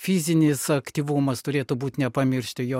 fizinis aktyvumas turėtų būt nepamiršti jo